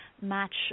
match